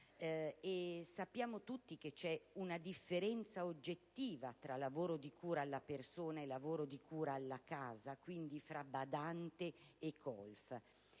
Lo sappiamo tutti che c'è una differenza oggettiva tra lavoro di cura alla persona e lavoro di cura della casa, quindi fra badante e colf.